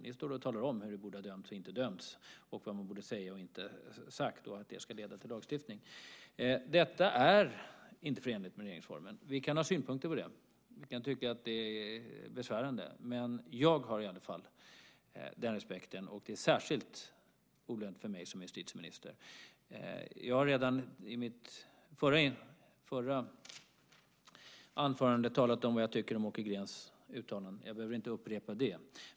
Ni står och talar om hur det borde ha dömts och inte dömts, vad man borde säga och vad som inte har sagts, och att det ska leda till lagstiftning. Detta är inte förenligt med regeringsformen. Vi kan ha synpunkter på det. Vi kan tycka att det är besvärande. Men jag har i varje fall den respekten. Det är särskilt olämpligt för mig som justitieminister att uttala mig om det. Jag har redan i mitt förra anförande talat om vad jag tycker om Åke Greens uttalande. Jag behöver inte upprepa det.